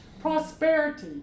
prosperity